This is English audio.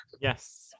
Yes